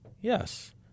Yes